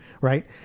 right